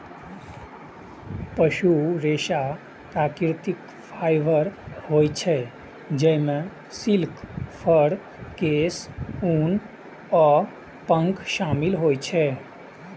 पशु रेशा प्राकृतिक फाइबर होइ छै, जइमे सिल्क, फर, केश, ऊन आ पंख शामिल होइ छै